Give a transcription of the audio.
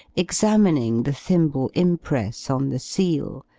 examining the thimble impress on the seal,